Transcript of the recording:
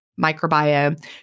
microbiome